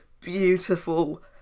beautiful